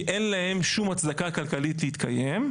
כי אין להם שום הצדקה כלכלית להתקיים.